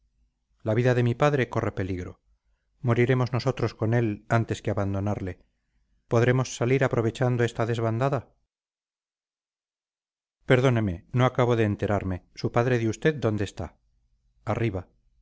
la vida de mi padre corre peligro moriremos nosotros con él antes que abandonarle podremos salir aprovechando esta desbandada perdóneme no acabo de enterarme su padre de usted dónde esta arriba